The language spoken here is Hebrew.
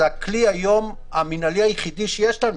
היום זה הכלי המנהלי היחיד שיש לנו